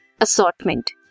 assortment